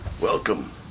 Welcome